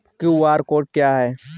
QR code क्या है?